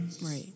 Right